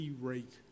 rate